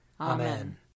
Amen